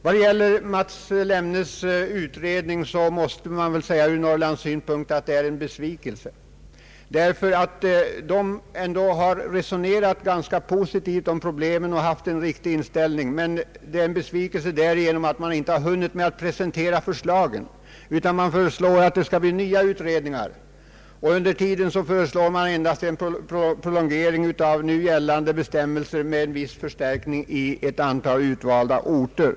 Landshövding Mats Lemnes utredning är en besvikelse ur Norrlandssynpunkt. Utredningens ledamöter har resonerat ganska positivt om problemen och haft en riktig inställning, men utredningsresultatet är en besvikelse därigenom att man inte hunnit presentera några förslag utan endast föreslår nya utredningar. Utredningen föreslår att under tiden endast gällande bestämmelser skall prolongeras, med viss förstärkning på ett antal utvalda orter.